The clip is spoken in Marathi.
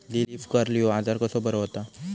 लीफ कर्ल ह्यो आजार कसो बरो व्हता?